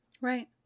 Right